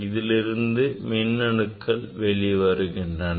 இதிலிருந்து மின்னணுக்கள் வெளிவருகின்றன